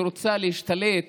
שרוצה להשתלט